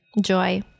Joy